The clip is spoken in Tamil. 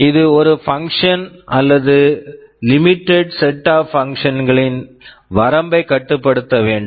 இது ஒரு பங்க்ஷன் function அல்லது limited set of function limited set of function களின் வரம்பைக் கட்டுப்படுத்த வேண்டும்